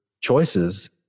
choices